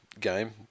game